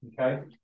okay